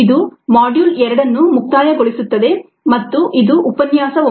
ಇದು ಮಾಡ್ಯೂಲ್ 2 ಅನ್ನು ಮುಕ್ತಾಯಗೊಳಿಸುತ್ತದೆ ಮತ್ತು ಇದು ಉಪನ್ಯಾಸ 9